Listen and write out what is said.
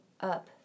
up